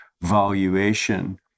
valuation